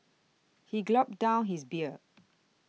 he gulped down his beer